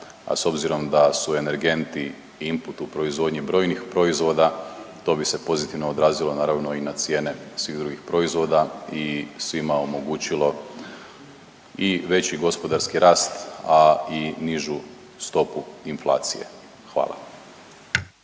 a s obzirom da su energenti input u proizvodnji brojnih proizvoda to bi se pozitivno odrazilo naravno i na cijene svih drugih proizvoda i svima omogućilo i veći gospodarski rast, a i nižu stopu inflacije, hvala.